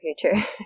future